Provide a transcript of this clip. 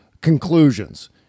conclusions